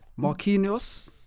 Marquinhos